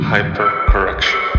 Hypercorrection